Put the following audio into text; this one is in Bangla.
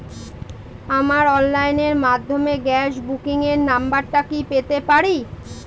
আমার অনলাইনের মাধ্যমে গ্যাস বুকিং এর নাম্বারটা কি পেতে পারি?